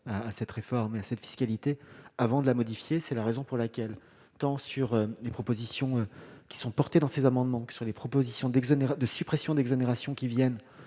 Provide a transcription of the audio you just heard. à cette réforme et cette fiscalité avant de la modifier, c'est la raison pour laquelle tant sur les propositions qui sont portées dans ces amendements qui, sur les propositions d'exonérer de suppression d'exonérations qui viennent